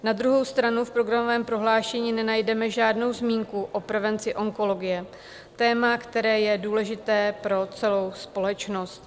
Na druhou stranu v programovém prohlášení nenajdeme žádnou zmínku o prevenci onkologie téma, které je důležité pro celou společnost.